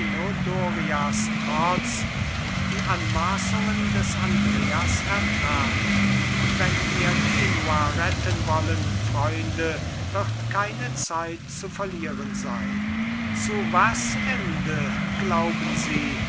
trotz und die anmaßungen des andreas ertragen wenn wir genua retten wollen freunde wird keine zeit zu verlieren sein zu was ende glauben sie